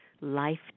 life